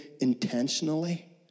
intentionally